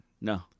no